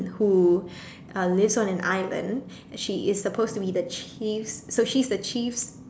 who uh lives on an island she is supposed to be the chief's so she's the chief's